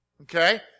Okay